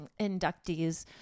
inductees